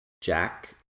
Jack